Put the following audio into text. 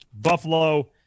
Buffalo